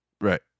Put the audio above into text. Right